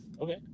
Okay